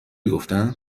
گفتن